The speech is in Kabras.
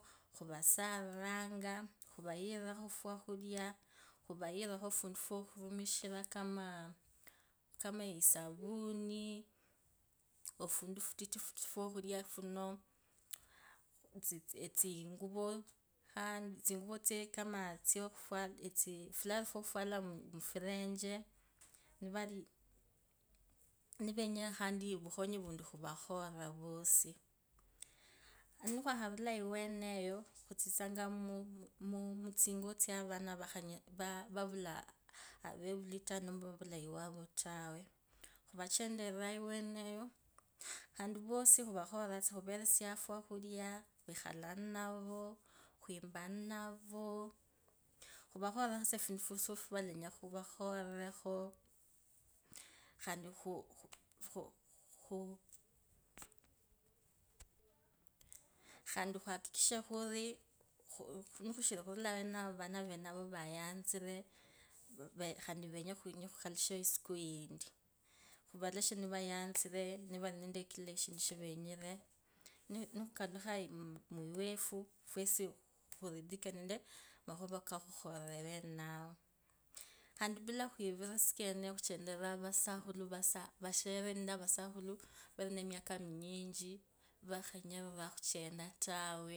Khuvasariranga khuvairirakho fwakhulya khuvayirirakho afundu fwokhurumishira kamaa kama esavuni, ofundu futititi fwokhulya fano etsii, etsinguvu khaa etsinguvu tsokhu ufularo fwokhufwala mufulenje, nivalii nivenya khandi ovukhonyi vundi khuvakhorire vusi. Nikhwakharula iweneyo, khutsitsanga mutsingo tsa avana vavula avevuli nomba vavula iwavo tawe khandi vosi khuveresianga fwakhulya, khwimba ninavo khuvakhoriranga tsa fundu tsa fwasi fwavalenya khuvakhorirekhu, khandi venye khukalushayo isiku indi khuvaleshe nivayanzire nivali nende kila eshindu shavenyire nikhukalukha iwefu, fwesi khurithike nende makhuva kakhukhurire awenayo, khandi bila khwivirira khuchenderira vashere nende vasakhulu vali nemiaka nemiaka minyichi, vekhenyerirwa khuchenda tawe.